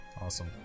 Awesome